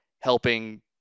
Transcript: helping